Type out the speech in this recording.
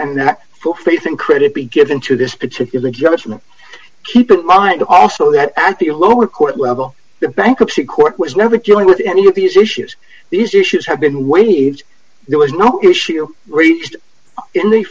and that faith and credit be given to this particular judgment keep in mind also that at the lower court level the bankruptcy court was never given to any of these issues these issues have been waived there was no issue raised in the